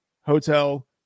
hotel